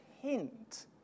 hint